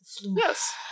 Yes